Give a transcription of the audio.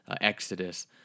Exodus